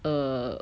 err